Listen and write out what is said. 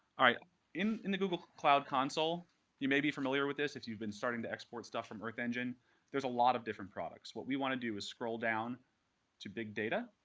ah in in the google cloud console you may be familiar with this if you've been starting to export stuff from earth engine there's a lot of different products. what we want to do is scroll down to big data,